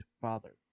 father